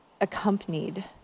accompanied